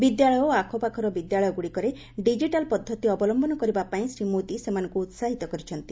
ବିଦ୍ୟାଳୟ ଓ ଆଖପାଖର ବିଦ୍ୟାଳୟଗୁଡ଼ିକରେ ଡିଜିଟାଲ୍ ପଦ୍ଧତି ଅବଲମ୍ଭନ କରିବା ପାଇଁ ଶ୍ରୀ ମୋଦି ସେମାନଙ୍କ ଉସାହିତ କରିଛନ୍ତି